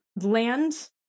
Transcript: land